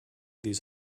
these